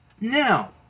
Now